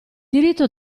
diritto